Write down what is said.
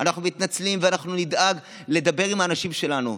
אנחנו מתנצלים ואנחנו נדאג לדבר עם האנשים שלנו.